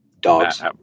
Dogs